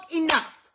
enough